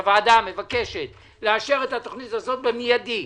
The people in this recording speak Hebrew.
הוועדה מבקשת לאשר את התוכנית הזו במיידי.